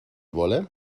wolle